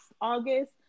August